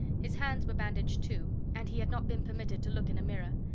his hands were bandaged, too, and he had not been permitted to look in a mirror.